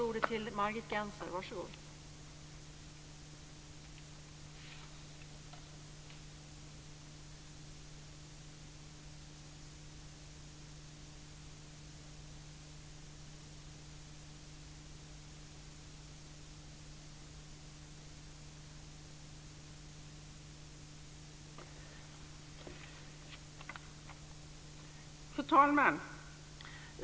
Fru talman!